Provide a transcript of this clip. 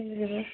दंजोबो